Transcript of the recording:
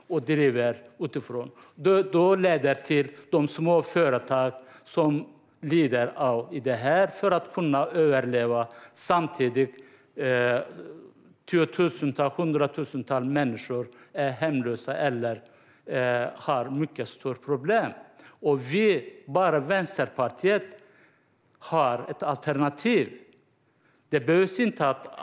De små företagen kämpar för att kunna överleva samtidigt som hundratusentals människor är hemlösa eller har mycket stora problem. Vi i Vänsterpartiet har ett alternativ.